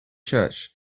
church